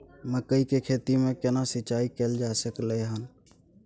मकई की खेती में केना सिंचाई कैल जा सकलय हन?